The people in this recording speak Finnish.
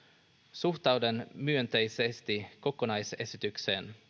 suhtaudun myönteisesti kokonaisesitykseen